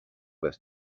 with